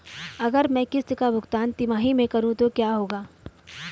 अगर मैं किश्त का भुगतान तिमाही में करूं तो क्या होगा?